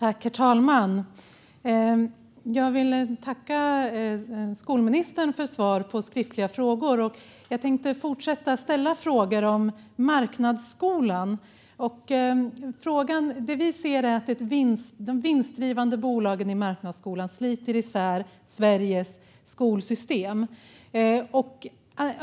Herr talman! Jag vill tacka skolministern för svar på skriftliga frågor och tänker fortsätta ställa frågor om marknadsskolan. Vi ser att de vinstdrivande bolagen i marknadsskolan sliter isär Sveriges skolsystem.